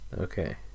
Okay